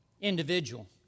individual